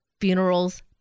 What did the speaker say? funerals